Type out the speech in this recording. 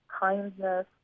kindness